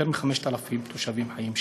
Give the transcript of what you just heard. יותר מ-5,000 תושבים חיים שם.